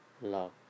love